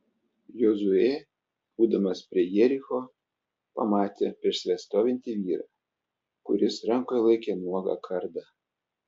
jozuė būdamas prie jericho pamatė prieš save stovintį vyrą kuris rankoje laikė nuogą kardą